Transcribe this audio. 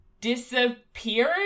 disappeared